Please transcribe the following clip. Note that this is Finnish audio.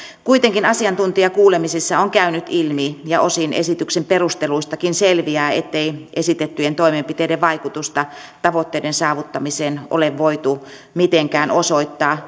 kuitenkin asiantuntijakuulemisissa on käynyt ilmi ja osin esityksen perusteluistakin selviää ettei esitettyjen toimenpiteiden vaikutusta tavoitteiden saavuttamiseen ole voitu mitenkään osoittaa